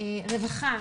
רווחה,